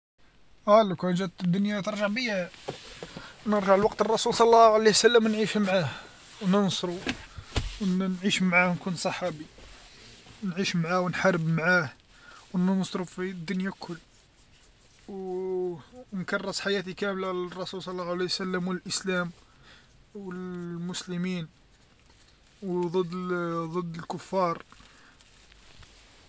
أه لوكان جات الدنيا ترجع بيا نرجع الوقت الرسول صلى الله عليه و سلم نعيش معاه و ننصرو و ن- نعيش معاه و نكون صحابي، نعيش معاه و نحارب معاه و ننصرو في هذي الدنيا الكل و نكرس حياتي كامله للرسول صلى الله عليه و سلم و الإسلام و المسلمين و ضد الكفار.